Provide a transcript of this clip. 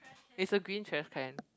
it's a green trashcan